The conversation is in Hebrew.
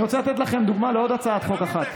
אני רוצה לתת לכם דוגמה לעוד הצעת חוק אחת.